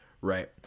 right